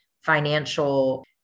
financial